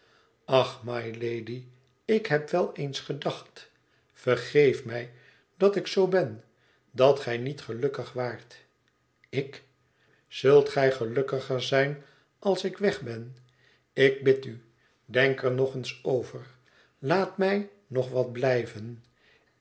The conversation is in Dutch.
ach mylady ik heb wel eens gedacht vergeef mij dat ik zoo ben dat g ij niet gelukkig waart ik zult gij gelukkiger zijn als ik weg ben ik bid u denk er nog eens over laat mij nog wat blijven